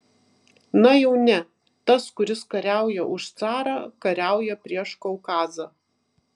na jau ne tas kuris kariauja už carą kariauja prieš kaukazą